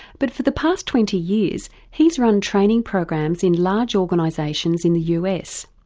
but for the past twenty years he's run training programs in large organisations in the us.